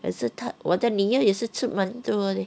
可是他我的女儿也是吃蛮多的